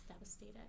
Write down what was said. devastated